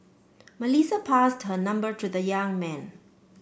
Melissa passed her number to the young man